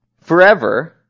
forever